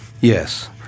Yes